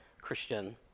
Christian